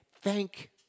thank